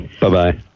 Bye-bye